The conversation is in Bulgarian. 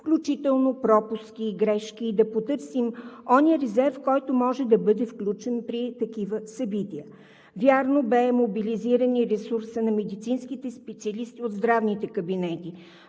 включително пропуски и грешки, и да потърсим онзи резерв, който може да бъде включен при такива събития. Вярно, бе мобилизиран и ресурсът на медицинските специалисти от здравните кабинети,